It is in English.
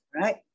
right